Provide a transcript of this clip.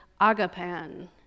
agapan